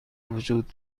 وجود